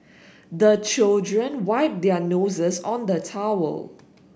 the children wipe their noses on the towel